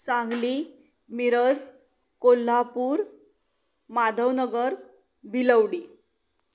Sangli Miraj Kolhapur Madhavnagar Bhilwadi